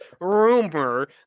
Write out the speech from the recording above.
rumor